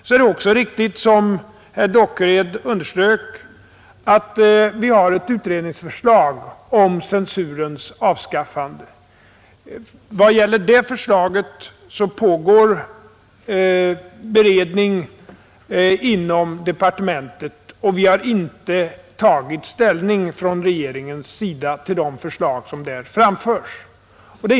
Så är det också riktigt som herr Dockered underströk, att vi har ett utredningsförslag om censurens avskaffande. Vad gäller det förslaget pågår beredning inom departementet, och vi har från regeringens sida inte tagit ställning till förslaget.